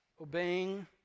Obeying